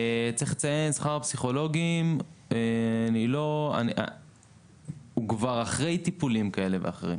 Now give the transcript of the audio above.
צריך לציין: שכר הפסיכולוגים הוא כבר אחרי טיפולים כאלה ואחרים.